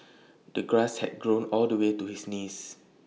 the grass had grown all the way to his knees